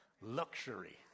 Luxury